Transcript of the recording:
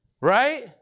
right